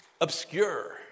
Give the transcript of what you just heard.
obscure